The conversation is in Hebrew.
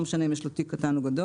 לא משנה אם יש לו תיק קטן או גדול,